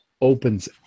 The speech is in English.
opens